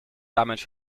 damage